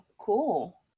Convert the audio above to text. cool